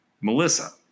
Melissa